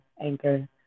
Anchor